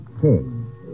King